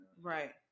Right